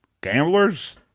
Gamblers